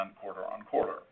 quarter-on-quarter